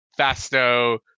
fasto